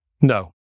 No